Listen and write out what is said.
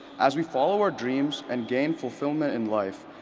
as we follow our dreams and gain fulfillment in life,